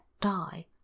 die